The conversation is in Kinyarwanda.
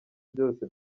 byose